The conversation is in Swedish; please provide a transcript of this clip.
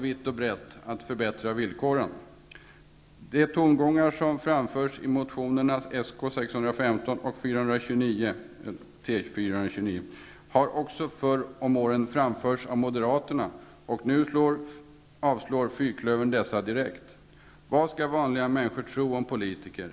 vitt och brett att förbättra villkoren. Men nu avstyrker fyrklövern dessa direkt. Vad skall vanliga människor tro om politiker?